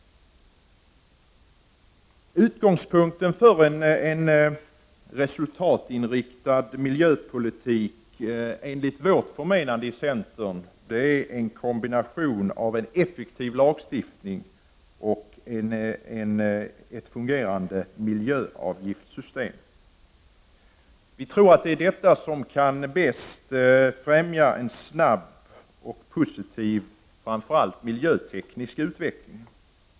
Utgångspunkten för en resultatinriktad miljöpolitik är enligt centern en kombination av en effektiv lagstiftning och ett fungerande miljöavgiftssystem. Vi tror att det är detta som bäst kan främja en snabb och positiv utveckling, framför allt en miljöteknisk utveckling.